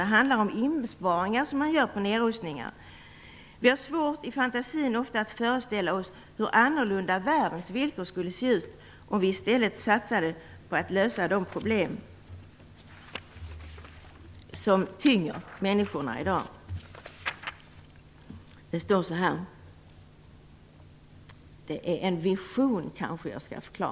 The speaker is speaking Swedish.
Det handlar om de inbesparingar man gör på nedrustning. Vi har ofta svårt att i fantasin föreställa oss hur annorlunda världens villkor skulle se ut om vi i stället satsade på att lösa de problem som tynger människorna i dag. Jag kanske skall förklara från början att det är en vision.